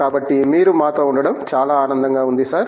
కాబట్టి మీరు మాతో ఉండటం చాలా ఆనందంగా ఉంది సార్